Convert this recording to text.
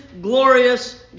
glorious